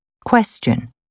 Question